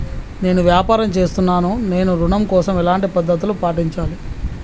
నేను వ్యాపారం చేస్తున్నాను నేను ఋణం కోసం ఎలాంటి పద్దతులు పాటించాలి?